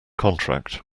contract